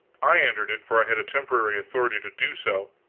i entered it, for i had temporary authority to do so,